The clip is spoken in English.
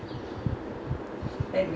you ever see fights or not down there